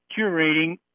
curating